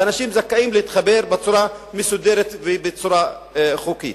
ואנשים זכאים להתחבר בצורה מסודרת ובצורה חוקית.